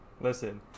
Listen